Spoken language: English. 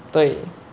对